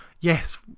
yes